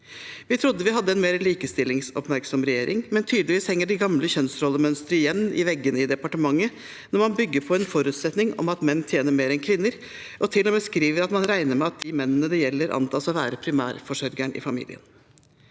Vi trodde vi hadde en mer likestillingsoppmerksom regjering, men tydeligvis henger de gamle kjønnsrollemønstrene igjen i veggene i departementet, når man bygger på en forutsetning om at menn tjener mer enn kvinner, og til og med skriver at man regner med at de mennene det gjelder, antas å være primærforsørgeren i familien.